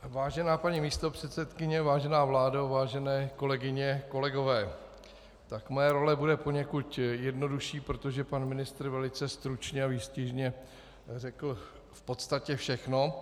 Vážená paní místopředsedkyně, vážená vládo, vážené kolegyně, kolegové, moje role bude poněkud jednodušší, protože pan ministr velice stručně a výstižně řekl v podstatě všechno.